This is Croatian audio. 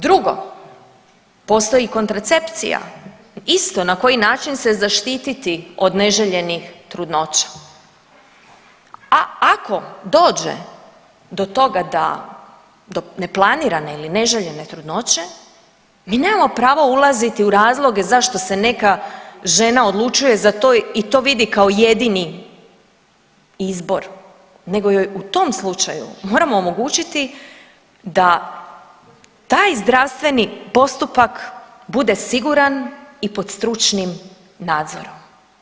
Drugo, postoji kontracepcija isto na koji način se zaštiti od neželjenih trudnoća, a ako dođe do toga da, do neplanirane ili neželjene trudnoće mi nemamo pravo ulaziti u razloge zašto se neka žena odlučuje za to i to vidi kao jedini izbor nego joj u tom slučaju moramo omogućiti da taj zdravstveni postupak bude siguran i pod stručnim nadzorom.